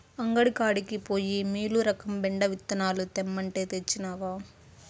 అంగడి కాడికి పోయి మీలురకం బెండ విత్తనాలు తెమ్మంటే, తెచ్చినవా